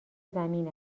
زمین